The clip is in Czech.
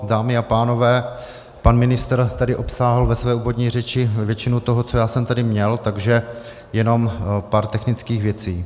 Dámy a pánové, pan ministr tady obsáhl ve své úvodní řeči většinu toho, co jsem tady měl, takže jenom pár technických věcí.